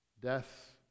death